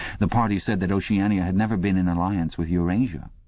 the party said that oceania had never been in alliance with eurasia.